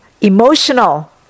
Emotional